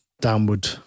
downward